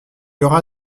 aura